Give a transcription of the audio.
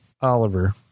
Oliver